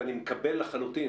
ואני מקבל לחלוטין,